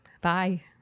Bye